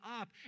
up